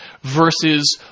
versus